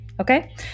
okay